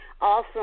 awesome